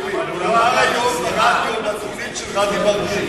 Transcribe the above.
הוא אמר היום בתוכנית של רזי ברקאי.